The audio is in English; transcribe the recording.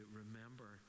remember